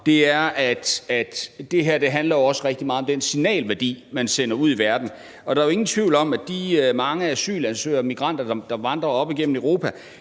rigtig meget om den signalværdi, man sender ud i verden. Der er jo ingen tvivl om, at de mange asylansøgere og migranter, der vandrer op igennem Europa,